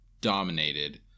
dominated